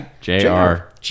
J-R